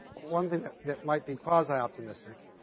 one thing that might be quasi optimistic,